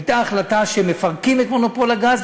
הייתה החלטה שמפרקים את מונופול הגז,